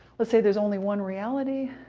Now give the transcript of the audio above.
let's say there's only one reality,